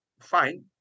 fine